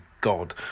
God